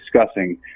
discussing